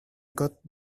got